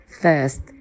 first